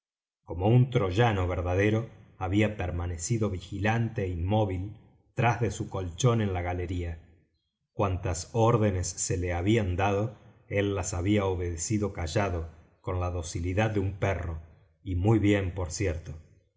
como un troyano verdadero había permanecido vigilante é inmóvil tras de su colchón en la galería cuantas órdenes se le habían dado él las había obedecido callado con la docilidad de un perro y muy bien por cierto